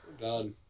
done